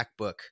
MacBook